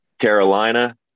Carolina